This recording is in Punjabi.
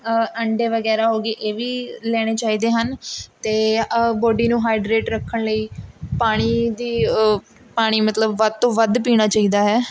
ਅੰਡੇ ਵਗੈਰਾ ਹੋ ਗਏ ਇਹ ਵੀ ਲੈਣੇ ਚਾਹੀਦੇ ਹਨ ਅਤੇ ਬੋਡੀ ਨੂੰ ਹਾਈਡਰੇਟ ਰੱਖਣ ਲਈ ਪਾਣੀ ਦੀ ਪਾਣੀ ਮਤਲਬ ਵੱਧ ਤੋਂ ਵੱਧ ਪੀਣਾ ਚਾਹੀਦਾ ਹੈ